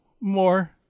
more